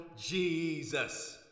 Jesus